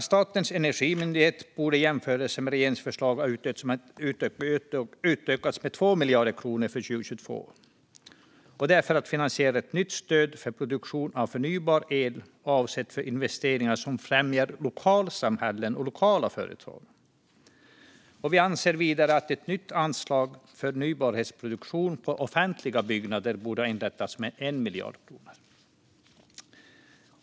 Statens energimyndighet borde i jämförelse med regeringens förslag ha fått 2 miljarder kronor mer för 2022 för att finansiera ett nytt stöd för produktion av förnybar el. Detta är avsett för investeringar som främjar lokalsamhällen och lokala företag. Vi anser vidare att det borde ha inrättats ett nytt anslag om 1 miljard kronor för produktion av förnybar el i offentliga byggnader.